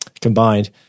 combined